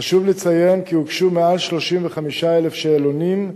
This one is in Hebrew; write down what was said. חשוב לציין כי הוגשו מעל 35,000 שאלונים,